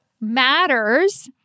matters